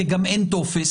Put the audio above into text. כי גם אין טופס,